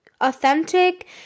authentic